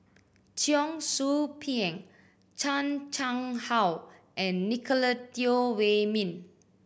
Cheong Soo Pieng Chan Chang How and Nicolette Teo Wei Min